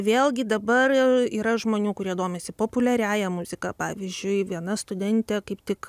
vėlgi dabar yra žmonių kurie domisi populiariąja muzika pavyzdžiui viena studentė kaip tik